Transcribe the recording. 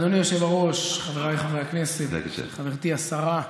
אדוני היושב-ראש, חבריי חברי הכנסת, חברתי השרה,